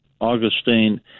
Augustine